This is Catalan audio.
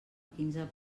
quinze